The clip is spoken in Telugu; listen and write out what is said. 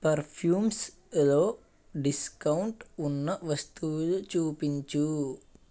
పర్ఫ్యూమ్స్లో డిస్కౌంట్ ఉన్న వస్తువులు చూపించు